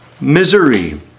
misery